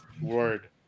Word